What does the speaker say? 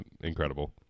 incredible